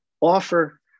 offer